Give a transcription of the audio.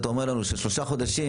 ואומר לנו שבשלושה חודשים,